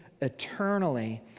eternally